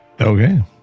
okay